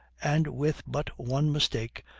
and with but one mistake,